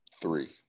three